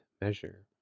measure